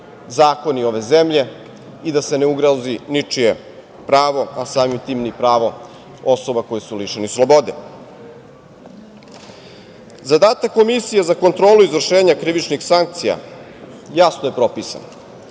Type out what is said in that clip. zakoni ove zemlje i da se ne ugrozi ničije pravo, a samim tim ni pravo osoba koje su lišene slobode. Zadatak Komisije za kontrolu izvršenja krivičnih sankcija jasno je propisan.